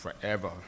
forever